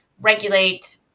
regulate